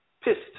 pissed